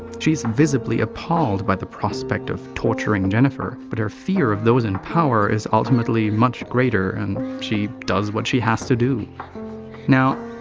she's visibly appalled by the prospect of torturing jennifer but her fear of those in power is ultimately much greater and she. does what she has to. now.